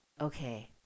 okay